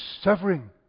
suffering